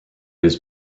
was